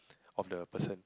of the person